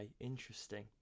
interesting